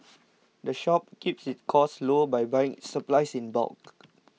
the shop keeps its costs low by buying supplies in bulk